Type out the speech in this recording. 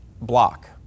block